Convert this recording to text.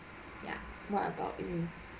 ya what about you